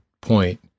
point